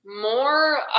more